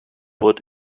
wood